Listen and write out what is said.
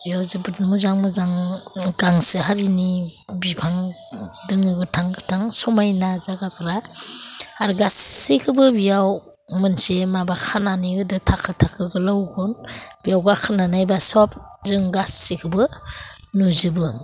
बेयाव जोबोद मोजां मोजां गांसो हारिनि बिफां दोङो गोथां गोथां समायना जागाफ्रा आरो गासैखोबो बियाव मोनसे माबा खानानै होदो थाखो थाखो गोलावखौ बेयाव गाखोनानै नायबा सब जों गासैखौबो नुजोबो